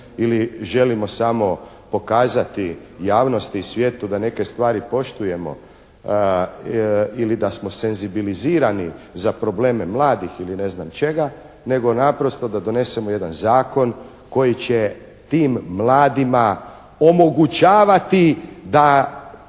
ili želimo samo pokazati javnosti i svijetu da neke stvari poštujemo ili da smo senzibilizirani za probleme mladih ili ne znam čega, nego naprosto da donesemo jedan zakon koji će tim mladima omogućavati da